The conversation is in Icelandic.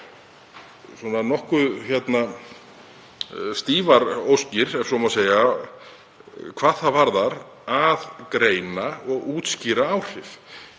nokkuð stífar óskir, ef svo má segja, hvað það varðar að greina og útskýra áhrif.